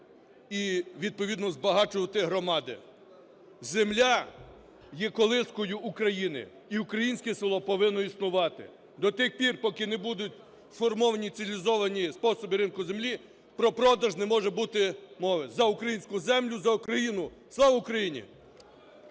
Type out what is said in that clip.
і відповідно збагачувати громади. Земля є колискою України, і українське село повинно існувати. До тих пір, поки не будуть сформовані цивілізовані способи ринку землі, про продаж не може бути мови. За українську землю, за Україну! Слава Україні!